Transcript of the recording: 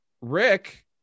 Rick